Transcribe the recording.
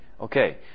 Okay